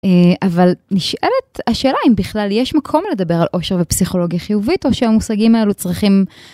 אבל נשאלת השאלה אם בכלל יש מקום לדבר על עושר ופסיכולוגיה חיובית או שהמושגים האלו צריכים.